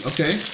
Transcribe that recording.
Okay